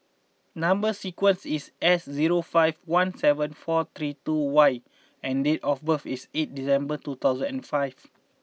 number sequence is S zero five one seven four three two Y and date of birth is eight December two thousand and five